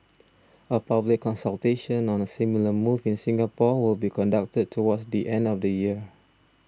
a public consultation on a similar move in Singapore will be conducted towards the end of the year